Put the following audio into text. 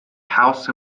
house